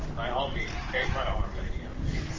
by all means. take my arm, lady emily.